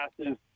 passes